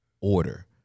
order